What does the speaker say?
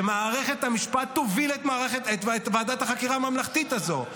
שמערכת המשפט תוביל את ועדת החקירה הממלכתית הזו,